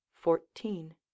Fourteen